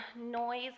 noise